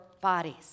bodies